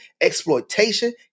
exploitation